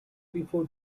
before